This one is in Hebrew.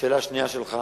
השאלה השנייה שלך,